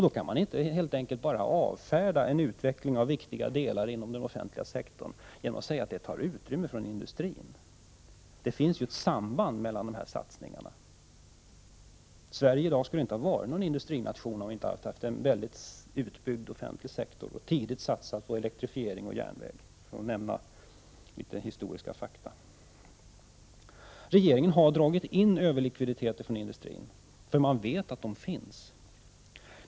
Då kan män inte bara avfärda en utveckling av viktiga delar av den offentliga sektorn genom att säga att de tar utrymme från industrin. Det finns ju ett samband mellan dessa satsningar. Sverige skulle inte ha varit en industrination i dag, om vi inte hade haft en väl utbyggd offentlig sektor och tidigt satsat på elektrifiering och järnväg. Regeringen har dragit in överlikviditeter från industrin, för man vet att de finns.